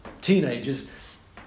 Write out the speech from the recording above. teenagers